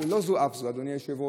לא זו אף זו, אדוני היושב-ראש,